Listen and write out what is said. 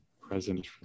Present